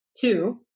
two